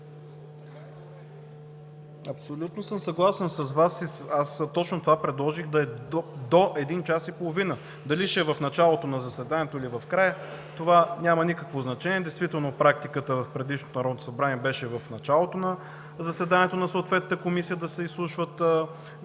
Абсолютно съм съгласен с Вас. Точно това предложих – да е до един час и половина. Дали ще е в началото на заседанието или в края – това няма никакво значение. Действително практиката в предишното Народно събрание беше в началото на заседанието на съответната комисия да се изслушват